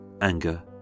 anger